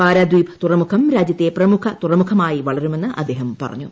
പാരദീപ് തുറമുഖം രാജ്യത്തെ പ്രമുഖ തുറമുഖമായി വളരുമെന്ന് അദ്ദേഹം പറഞ്ഞു